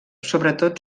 sobretot